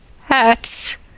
Hats